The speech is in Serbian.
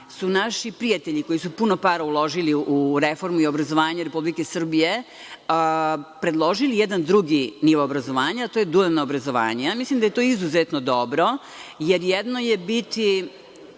su naši prijatelji koji su puno para uložili u reformu i obrazovanje Republike Srbije predložili jedan drugi nivo obrazovanja, a to je dualno obrazovanje. Mislim da je to izuzetno dobro, jer jedno je